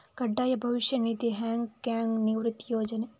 ಕಡ್ಡಾಯ ಭವಿಷ್ಯ ನಿಧಿ, ಹಾಂಗ್ ಕಾಂಗ್ನ ನಿವೃತ್ತಿ ಯೋಜನೆ